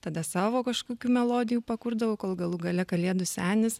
tada savo kažkokių melodijų pakurdavau kol galų gale kalėdų senis